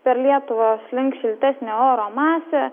per lietuvą slink šiltesnė oro masė